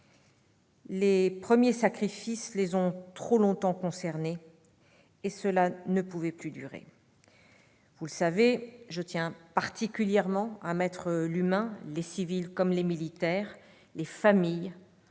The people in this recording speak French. Les premiers sacrifices les ont trop longtemps concernés, et cela ne pouvait plus durer. Vous le savez, je tiens particulièrement à mettre l'humain, les civils comme les militaires, les familles,